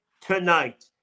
tonight